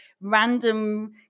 random